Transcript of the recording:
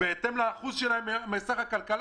בהתאם לאחוז שלהם מהכלכלה.